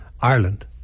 Ireland